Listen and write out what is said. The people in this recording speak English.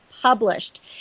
published